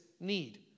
need